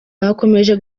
bakomeje